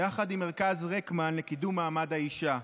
יחד עם מרכז רקמן לקידום מעמד האישה.